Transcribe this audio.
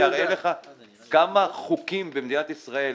אראה לך כמה חוקים שנכתבו במדינת ישראל,